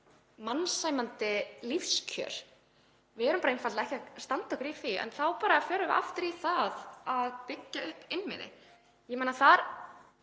mannsæmandi lífskjör. Við erum einfaldlega ekki að standa okkur í því en þá bara förum við aftur í það að byggja upp innviði. Fyrir mér